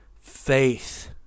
faith